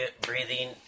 breathing